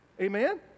Amen